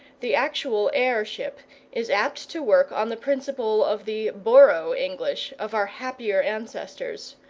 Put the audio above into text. the actual heirship is apt to work on the principle of the borough-english of our happier ancestors,